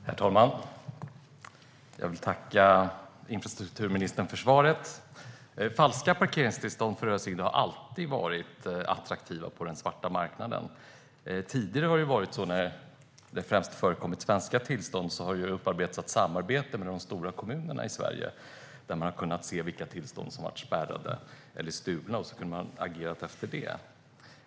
Herr talman! Jag tackar infrastrukturministern för svaret. Falska parkeringstillstånd för rörelsehindrade har alltid varit attraktiva på den svarta marknaden. Tidigare, när det främst förekommit svenska tillstånd, har det upparbetats samarbeten med de stora kommunerna i Sverige. Man har kunnat se vilka tillstånd som varit spärrade eller stulna och har kunnat agera efter det.